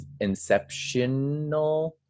inceptional